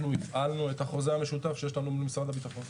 אנחנו הפעלנו את החוזה המשותף שיש לנו עם משרד הביטחון.